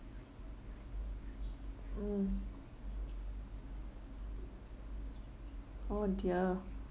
mm oh dear